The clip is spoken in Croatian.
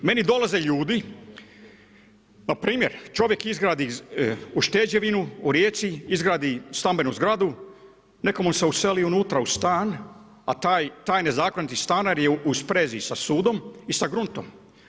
Meni dolaze ljudi, npr. čovjek izgradi ušteđevinu u Rijeci, izgradi stambenu zgradu, netko mu se useli unutra u stan, a taj nezakoniti stanar je u sprezi sa sudom i sa gruntom.